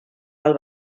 pel